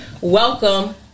Welcome